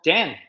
Dan